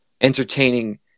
entertaining